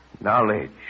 Knowledge